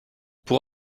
pour